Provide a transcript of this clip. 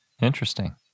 Interesting